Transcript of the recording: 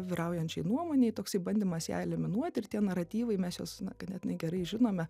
vyraujančiai nuomonei toksai bandymas ją eliminuoti ir tie naratyvai mes juos ganėtinai gerai žinome